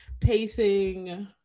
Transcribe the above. pacing